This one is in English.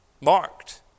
marked